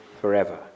forever